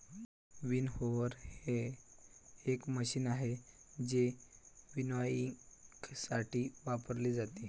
winnower हे एक machine आहे जे विनॉयइंगसाठी वापरले जाते